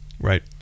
Right